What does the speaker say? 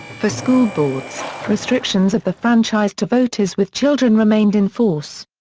for school boards, restrictions of the franchise to voters with children remained in force.